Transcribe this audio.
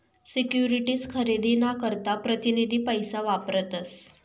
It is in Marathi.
सिक्युरीटीज खरेदी ना करता प्रतीनिधी पैसा वापरतस